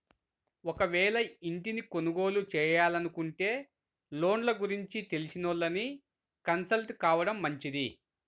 ఒకవేళ ఇంటిని కొనుగోలు చేయాలనుకుంటే లోన్ల గురించి తెలిసినోళ్ళని కన్సల్ట్ కావడం మంచిది